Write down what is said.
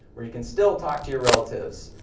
where you can still talk to your relatives.